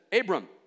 Abram